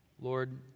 Lord